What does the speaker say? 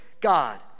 God